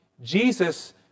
Jesus